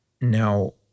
Now